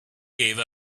gave